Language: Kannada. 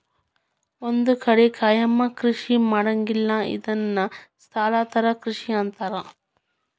ಒಂದ ಕಡೆ ಕಾಯಮ ಕೃಷಿ ಮಾಡಂಗಿಲ್ಲಾ ಇದನ್ನ ಸ್ಥಳಾಂತರ ಕೃಷಿ ಅಂತಾರ